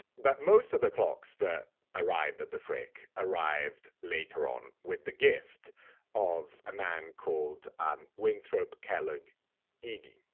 but most of the clocks that arrived at the frick arrived later on with the gift of a man called winthrop kellogg edey.